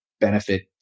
benefit